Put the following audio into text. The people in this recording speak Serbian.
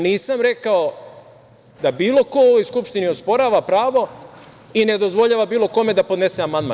Nisam rekao da bilo ko u ovoj Skupštini osporava pravo i ne dozvoljava bilo kome da podnese amandman.